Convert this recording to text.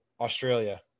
Australia